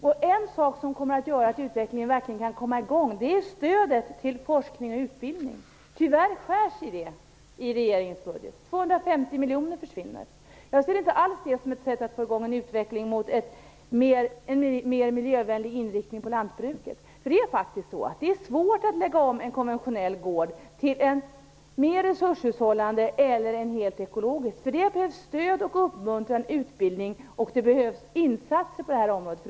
En sak som kommer att göra att utvecklingen verkligen kan komma i gång är stödet till forskning och utbildning. Tyvärr skärs det ner i regeringens budget. 250 miljoner försvinner. Jag ser det inte som något sätt att få i gång en utveckling mot en mera miljövänlig inriktning på lantbruket. Det är svårt att lägga om en konventionell gård till ett mera resurshushållande eller helt ekologiskt lantbruk. För det behövs stöd, uppmuntran och utbildning. Det behövs insatser på detta område.